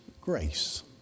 grace